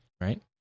Right